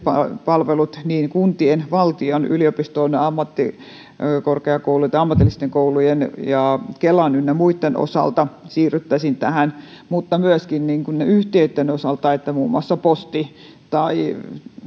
palvelut kuntien valtion yliopistojen ammattikorkeakoulujen ammatillisten koulujen kelan ynnä muitten osalta siirrettäisiin tähän mutta myöskin yhtiöiden osalta niin että muun muassa posti